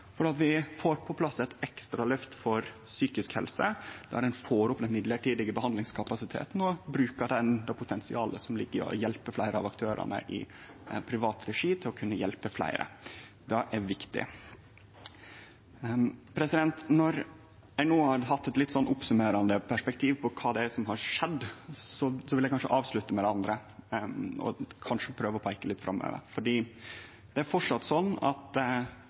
for at vi får på plass eit ekstra løft for psykisk helse, der ein får opp den midlertidige behandlingskapasiteten ved å bruka det potensialet som ligg i å bruke fleire aktørar i privat regi for å kunne hjelpe fleire. Det er viktig. Når eg no har hatt eit litt sånn oppsummerande perspektiv på kva det er som har skjedd, vil eg avslutte med det andre og kanskje prøve å peike litt framover. Det er framleis sånn at